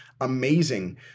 amazing